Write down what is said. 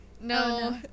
No